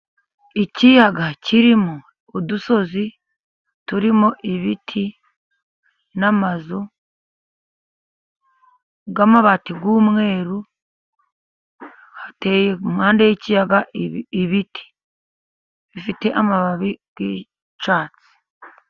Ikiyaga kirimo udusozi turimo ibiti n'amazu y'amabati y'umweru, hateye impande y'ikiyaga ibiti, bifite amababi y'icyatsi.